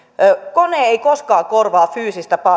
kone ei koskaan korvaa fyysistä